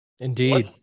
Indeed